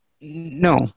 No